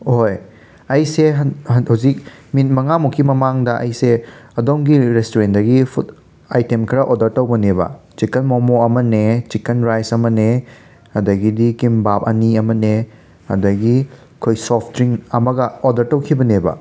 ꯍꯣꯏ ꯑꯩꯁꯦ ꯍꯟ ꯍꯟ ꯍꯧꯖꯤꯛ ꯃꯤꯅꯤꯠ ꯃꯉꯥꯃꯨꯛꯀꯤ ꯃꯃꯥꯡꯗ ꯑꯩꯁꯦ ꯑꯗꯣꯝꯒꯤ ꯔꯦꯁꯇꯨꯔꯦꯟꯗꯒꯤ ꯐꯨꯠ ꯑꯥꯏꯇꯦꯝ ꯈꯔ ꯑꯣꯗꯔ ꯇꯧꯕꯅꯦꯕ ꯆꯤꯀꯟ ꯃꯣꯃꯣ ꯑꯃꯅꯦ ꯆꯤꯀꯟ ꯔꯥꯏꯁ ꯑꯃꯅꯦ ꯑꯗꯒꯤꯗꯤ ꯀꯤꯝꯕꯥꯞ ꯑꯅꯤ ꯑꯃꯅꯦ ꯑꯗꯒꯤ ꯑꯩꯈꯣꯏ ꯁꯣꯐ ꯗ꯭ꯔꯤꯡ ꯑꯃꯒ ꯑꯣꯗꯔ ꯇꯧꯈꯤꯕꯅꯦꯕ